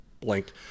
blanked